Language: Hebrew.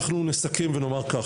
אנחנו נסכם ונאמר כך,